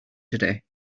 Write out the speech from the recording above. today